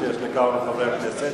שלוש דקות ממתי?